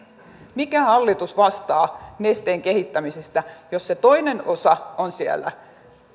mikä hallitus vastaa nesteen kehittämisestä jos se toinen osa on siellä